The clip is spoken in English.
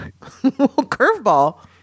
curveball